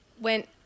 went